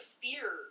fear